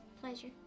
Pleasure